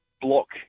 block